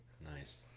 nice